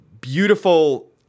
beautiful